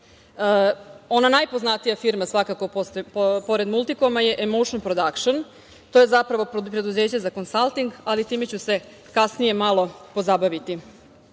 najpoznatija firma, svakako pored „Multikoma“ je „Emoušn prodakšn“, to je zapravo preduzeće za konsalting, ali time ću se kasnije malo pozabaviti. Dakle,